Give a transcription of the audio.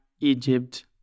Egypt